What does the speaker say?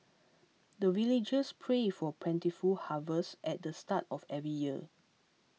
the villagers pray for plentiful harvest at the start of every year